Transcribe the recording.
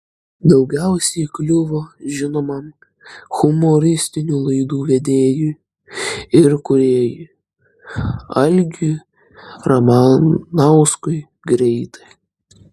daugiausiai kliuvo žinomam humoristinių laidų vedėjui ir kūrėjui algiui ramanauskui greitai